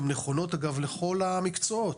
הן נכונות אגב לכל המקצועות.